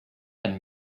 and